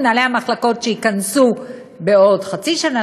מנהלי המחלקות שייכנסו בעוד חצי שנה,